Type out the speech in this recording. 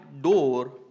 door